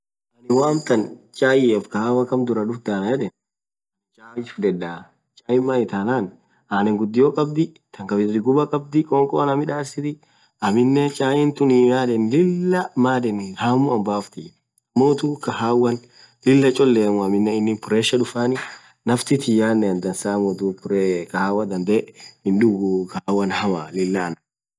woo amtan chaiaf kahawa kamm dhurah dhudha anen yedhe Anin chai fudheda chai maithanan ananen ghudio khabdii tangawizi ghuba khabdhi khoko anamidhasit aminen chaitun lilah hammu anbasithi ammothu kahawan Lilah choleamu aminen inin pressure dhufani naftii tiyanen dansamuu dhub kahawa dhadhe hindhuguu kahawan hamaa Anna